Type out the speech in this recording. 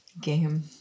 game